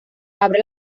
abre